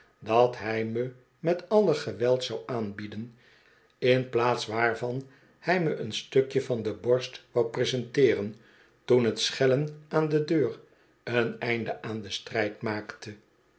dat hij me met alle geweld wou aanbieden in plaats waarvan hij me een stukje van de borst wou presenteeren toen t schellen aan de deur een einde aan den strijd maakte